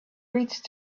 reach